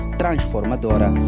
transformadora